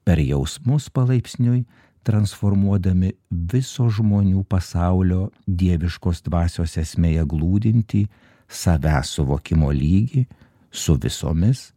per jausmus palaipsniui transformuodami viso žmonių pasaulio dieviškos dvasios esmėje glūdintį savęs suvokimo lygį su visomis